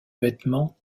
vêtements